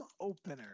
opener